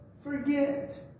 forget